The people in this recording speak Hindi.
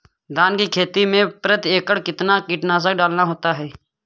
धान की खेती में प्रति एकड़ कितना कीटनाशक डालना होता है?